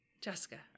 Jessica